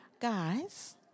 Guys